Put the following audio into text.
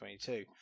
2022